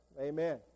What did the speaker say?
Amen